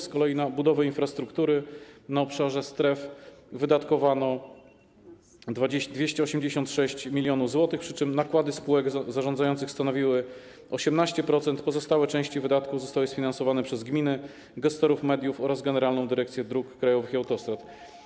Z kolei na budowę infrastruktury na obszarze stref wydatkowano 286 mln zł, przy czym nakłady spółek zarządzających stanowiły 18%, pozostałe części wydatków zostały sfinansowane przez gminy, gestorów mediów oraz Generalną Dyrekcję Dróg Krajowych i Autostrad.